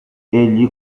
egli